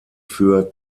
für